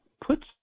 Put